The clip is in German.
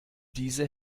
diese